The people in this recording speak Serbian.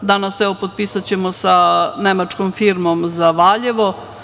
Danas ćemo potpisati sa nemačkom firmom za Valjevo.